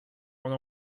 one